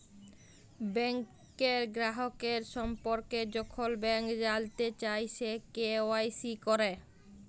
ব্যাংকের গ্রাহকের সম্পর্কে যখল ব্যাংক জালতে চায়, সে কে.ওয়াই.সি ক্যরা